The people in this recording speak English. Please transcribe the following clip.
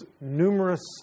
numerous